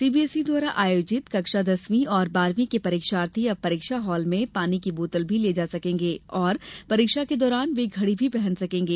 CBSE द्वारा आयोजित कक्षा दसवीं और बारहवीं के परीक्षार्थी अब परीक्षा हाल में पानी के बोतल भी ले जा सकेंगे और परीक्षा के दौरान वे घड़ी भी पहन सकेंगे